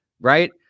right